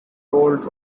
old